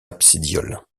absidioles